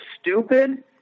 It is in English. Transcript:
stupid